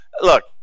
Look